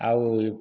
ଆଉ